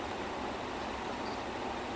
he sign master after he did பிகில்:bigil